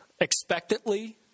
expectantly